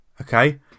okay